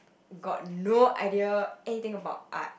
got no idea anything about art